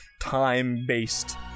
time-based